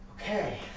Okay